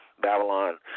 Babylon